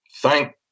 Thank